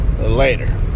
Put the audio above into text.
Later